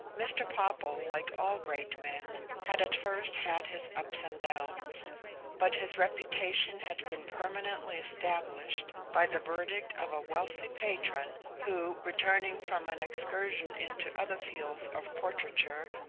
mr. popple, like all great men, had at first had his ups and downs but his reputation had been permanently established by the verdict of a wealthy patron who, returning from an excursion into other fields of portraiture,